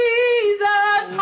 Jesus